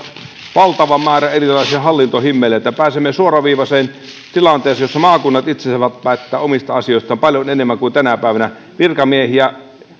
valtavan määrän erilaisia hallintohimmeleitä pääsemme suoraviivaiseen tilanteeseen jossa maakunnat itse saavat päättää omista asioistaan paljon enemmän kuin tänä päivänä virkamiesvalta vähenee ja demokratian